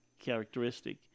characteristic